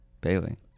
Bailey